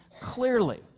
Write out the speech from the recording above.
clearly